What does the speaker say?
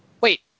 Wait